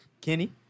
Kenny